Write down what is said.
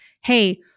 Hey